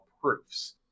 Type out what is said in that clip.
proofs